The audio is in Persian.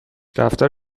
دفتر